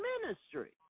ministry